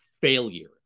failure